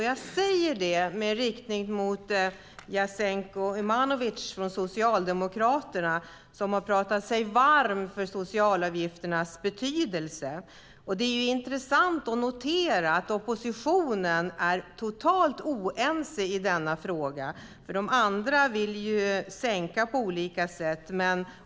Jag säger det riktat till Jasenko Omanovic från Socialdemokraterna, som talat sig varm för socialavgifternas betydelse. Det är intressant att notera att oppositionen är totalt oense i denna fråga eftersom de andra vill sänka avgifterna på olika sätt.